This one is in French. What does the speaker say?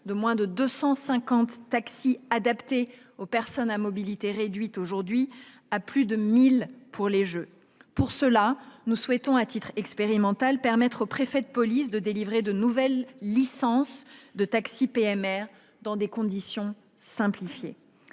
de moins de 250 taxis adaptés aux personnes à mobilité réduite (PMR) à plus de 1 000. Pour cela, nous souhaitons permettre à titre expérimental au préfet de police de délivrer de nouvelles licences de taxi PMR dans des conditions simplifiées.